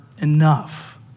enough